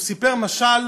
הוא סיפר משל